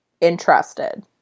interested